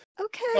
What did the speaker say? Okay